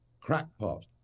crackpot